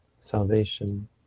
salvation